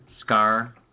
Scar